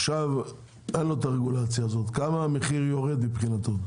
אם עכשיו אין לו את הרגולציה הזאת בכמה המחיר יורד מבחינתו?